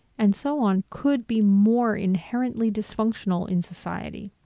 and so on, could be more inherently dysfunctional in society.